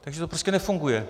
Takže to prostě nefunguje.